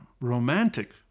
romantic